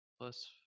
plus